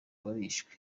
barishwe